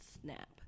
snap